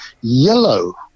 yellow